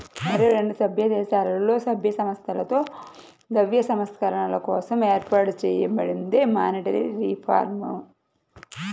ఇరవై ఏడు సభ్యదేశాలలో, సభ్య సంస్థలతో ద్రవ్య సంస్కరణల కోసం ఏర్పాటు చేయబడిందే మానిటరీ రిఫార్మ్